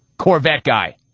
corvette guy.